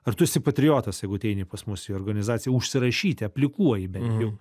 ar tu esi patriotas jeigu ateini pas mus į organizaciją užsirašyti aplikuoji bent jau